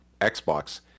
Xbox